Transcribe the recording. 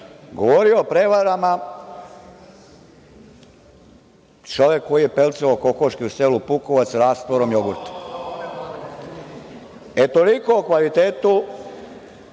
Govori o prevarama čovek koji je pelcovao kokoške u selu Pukovac rastvorom jogurta? Toliko o kvalitetu